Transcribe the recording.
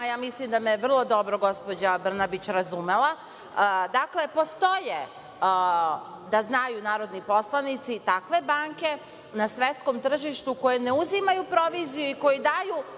Ja mislim da me vrlo dobro gospođa Brnabić razumela. Dakle, postoje, da znaju narodni poslanici, takve banke na svetskom tržištu koje ne uzimaju proviziju i koji daju,